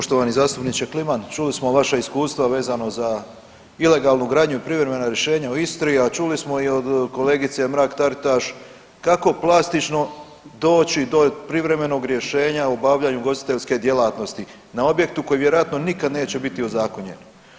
Poštovani zastupniče Kliman čuli smo vaša iskustva vezano za ilegalnu gradnju i privremena rješenja u Istri a čuli smo i od kolegice Mrak Taritaš kako plastično doći do privremenog rješenja u obavljanju ugostiteljske djelatnosti na objektu koji vjerojatno nikad neće biti ozakonjen.